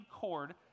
cord